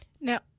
Now